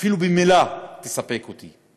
אפילו במילה יספק אותי.